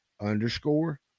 underscore